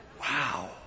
Wow